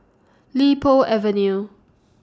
Li Po Avenue